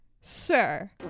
Sir